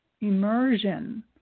immersion